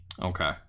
Okay